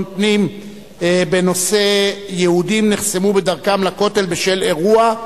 פנים בנושא: יהודים נחסמו בדרכם לכותל בשל אירוע.